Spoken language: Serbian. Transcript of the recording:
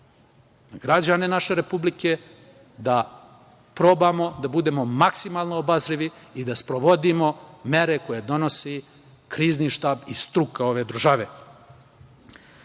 građane naše Republike, da probamo da budemo maksimalno obazrivi i da sprovodimo mere koje donosi Krizni štab i struka ove države.U